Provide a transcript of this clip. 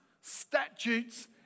statutes